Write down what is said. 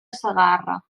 segarra